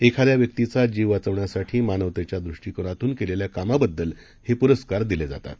एखाद्याव्यक्तीचाजीववाचवण्यासाठीमानवतेच्यादृष्टीकोनातूनकेलेल्याकामाबद्दलहेपुरस्कारदिलेजातात